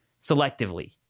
selectively